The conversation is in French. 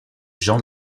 jean